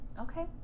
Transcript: okay